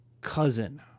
cousin